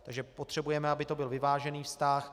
Takže potřebujeme, aby to byl vyvážený vztah.